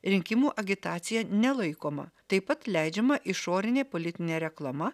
rinkimų agitacija nelaikoma taip pat leidžiama išorinė politinė reklama